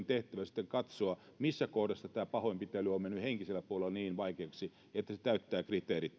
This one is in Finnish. tehtävä sitten katsoa missä kohdassa tämä pahoinpitely on mennyt henkisellä puolella niin vaikeaksi että se täyttää kriteerit